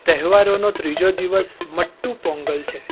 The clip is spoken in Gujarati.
તહેવારનો ત્રીજો દિવસ મટ્ટૂ પોંગલ છે